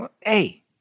Hey